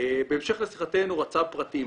בהמשך לשיחתנו רצ"ב פרטים.